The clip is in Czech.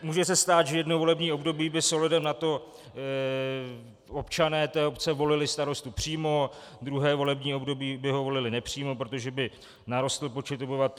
Může se stát, že jedno volební období by s ohledem na to občané té obce volili starostu přímo, druhé volební období by ho volili nepřímo, protože by narostl počet obyvatel.